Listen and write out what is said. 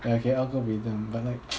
okay algorithm but like